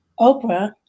Oprah